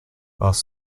whilst